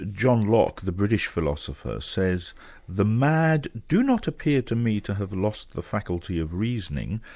john locke, the british philosopher says the mad do not appear to me to have lost the faculty of reasoning,